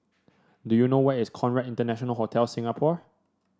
do you know where is Conrad International Hotel Singapore